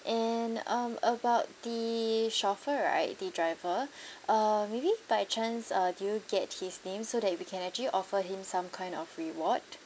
and um about the chauffeur right the driver uh maybe by chance uh do you get his name so that we can actually offer him some kind of reward